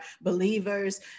believers